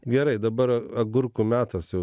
gerai dabar agurkų metas jau